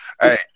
Hey